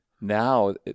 now